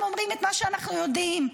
הם אומרים את מה שאנחנו יודעים,